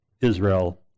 Israel